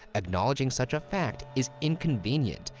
acknowledging such a fact is inconvenient,